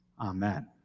Amen